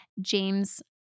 James